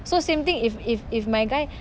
so same thing if if if my guy